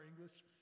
English